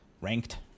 ranked